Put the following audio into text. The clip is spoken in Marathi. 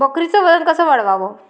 बकरीचं वजन कस वाढवाव?